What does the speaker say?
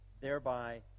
thereby